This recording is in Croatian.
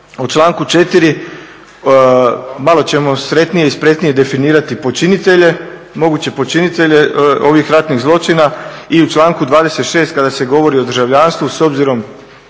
u članku 4. malo ćemo sretnije i spretnije definirati počinitelje, moguće počinitelje ovih ratnih zločina i u članku 26. kada se govori o državljanstvu s obzirom